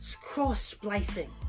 Cross-splicing